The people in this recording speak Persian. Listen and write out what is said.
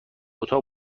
اتاق